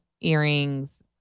earrings